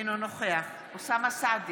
אינו נוכח אוסאמה סעדי,